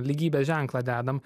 lygybės ženklą dedam